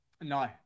No